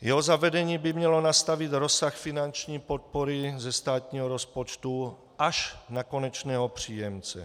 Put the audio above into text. Jeho zavedení by mělo nastavit rozsah finanční podpory ze státního rozpočtu až na konečného příjemce.